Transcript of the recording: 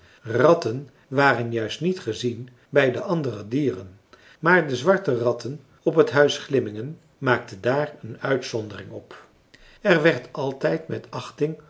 ratten waren juist niet gezien bij de andere dieren maar de zwarte ratten op t huis glimmingen maakten daar een uitzondering op er werd altijd met achting